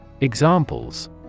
Examples